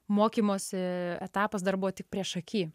mokymosi etapas dar buvo tik priešaky